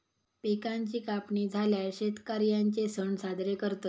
पिकांची कापणी झाल्यार शेतकर्यांचे सण साजरे करतत